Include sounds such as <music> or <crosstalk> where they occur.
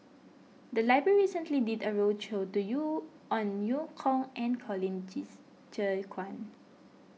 the library recently did a roadshow do you on Eu Kong and Colin <unintelligible> Zhe Quan